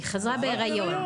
היא חוזרת לארץ בהריון,